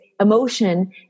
emotion